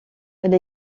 elle